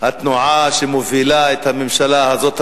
התנועה שמובילה את הממשלה הזאת,